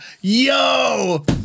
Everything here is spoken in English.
yo